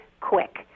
quick